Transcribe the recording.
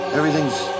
Everything's